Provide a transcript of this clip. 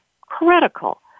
critical